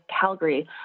Calgary